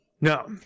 no